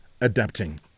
adapting